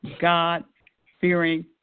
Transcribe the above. God-fearing